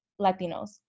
latinos